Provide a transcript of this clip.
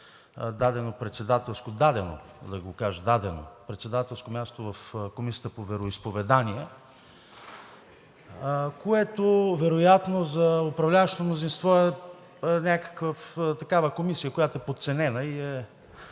дадено председателско място в Комисията по вероизповедания. Вероятно за управляващото мнозинство е някаква такава комисия, която е подценена и е